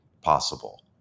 possible